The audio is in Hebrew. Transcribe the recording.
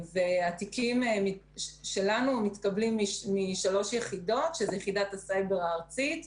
התיקים שלנו מתקבלים משלוש יחידות: יחידת הסייבר הארצית,